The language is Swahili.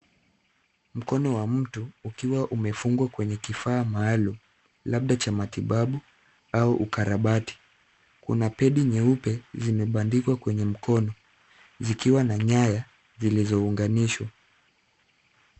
Mkono wa mtu ukiwa umefungwa kwenye kifaa maalum labda cha matibabu au ukarabati. Kuna pedi nyeupe, zimebandikwa kwenye mkono zikiwa na nyaya zilizounganishwa.